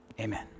amen